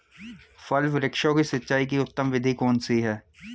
फल वृक्षों की सिंचाई की उत्तम विधि कौन सी है?